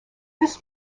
this